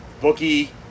Bookie